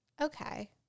okay